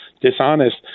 dishonest